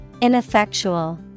Ineffectual